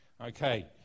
Okay